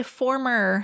former